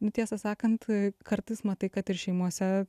nu tiesą sakant kartais matai kad ir šeimose